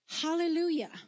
Hallelujah